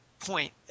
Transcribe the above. Point